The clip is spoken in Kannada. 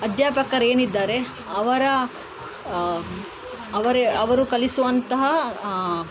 ಅಧ್ಯಾಪಕರೇನಿದ್ದಾರೆ ಅವರ ಅವರೇ ಅವರು ಕಲಿಸುವಂತಹ